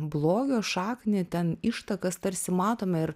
blogio šaknį ten ištakas tarsi matome ir